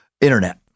Internet